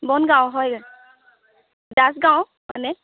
বনগাওঁ হয় দাস গাঁও মানে